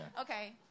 Okay